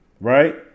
right